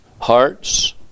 hearts